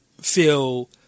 feel